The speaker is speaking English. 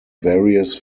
various